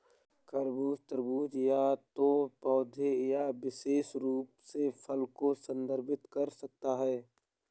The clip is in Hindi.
खरबूज, तरबूज या तो पौधे या विशेष रूप से फल को संदर्भित कर सकता है